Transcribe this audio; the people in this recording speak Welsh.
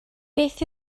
beth